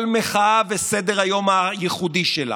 כל מחאה וסדר-היום הייחודי שלה.